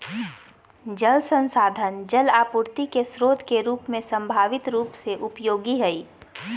जल संसाधन जल आपूर्ति के स्रोत के रूप में संभावित रूप से उपयोगी हइ